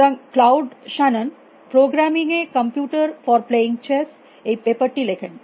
সুতরাং Claude Shannon programming a computer for playing chess এই paper টি লেখেন